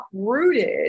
uprooted